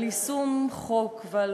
על יישום חוק ועל